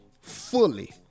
fully